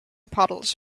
puddles